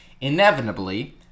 inevitably